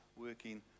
working